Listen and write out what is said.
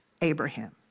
Abraham